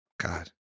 God